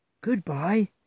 goodbye